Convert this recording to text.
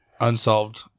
unsolved